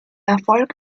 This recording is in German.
erfolg